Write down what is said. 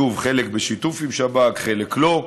שוב, חלק בשיתוף עם שב"כ, חלק לא.